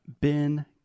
Ben